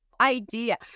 idea